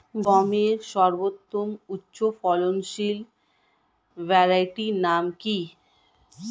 গমের সর্বোত্তম উচ্চফলনশীল ভ্যারাইটি নাম কি?